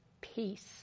peace